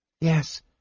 Yes